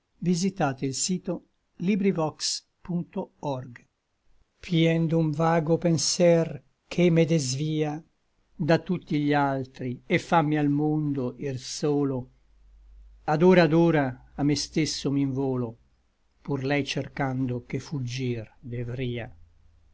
n'avanza pien d'un vago penser che me desvia da tutti gli altri et fammi al mondo ir solo ad or ad ora a me stesso m'involo pur lei cercando che fuggir devria